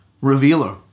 revealer